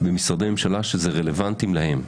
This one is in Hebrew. במשרדי הממשלה שזה רלוונטי להם.